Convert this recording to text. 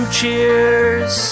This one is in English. Cheers